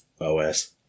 OS